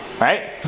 right